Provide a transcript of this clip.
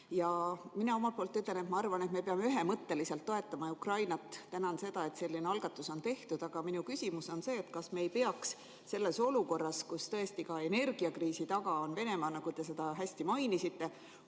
Mina omalt poolt ütlen, et ma arvan, et me peame ühemõtteliselt toetama Ukrainat, ja tänan, et selline algatus on tehtud. Aga minu küsimus on see: kas me ei peaks selles olukorras, kus tõesti ka energiakriisi taga on Venemaa, nagu te seda hästi mainisite,